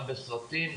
גם בסרטים,